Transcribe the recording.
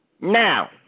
Now